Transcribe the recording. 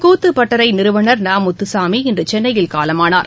கூத்துப்பட்டறைநிறுவனா் ந முத்துசாமி இன்றுசென்னையில் காலமானார்